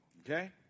okay